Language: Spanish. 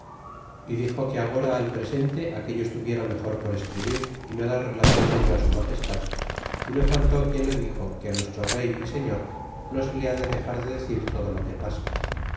y dixo que agora al presente aquello estuviera mejor por escribir y no dar relacion dello á su magestad y no faltó quien le dixo que nuestro rey y señor no se le ha de dexar de decir todo lo que pasa